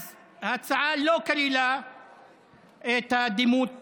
אז ההצעה לא כללה את הדימות הרפואי,